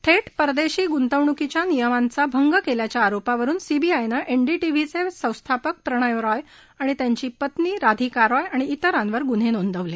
थेट परदेशी गुंतवणुकीच्या नियमांचा भंग केल्याच्या आरोपावरुन सीबीआयनं एनडीटिव्हीचे संस्थापक प्रणय रॉय त्यांची पत्नी राधिका रॉय आणि तिरांवर गुन्हे नोंदवले